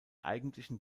eigentlichen